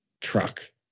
truck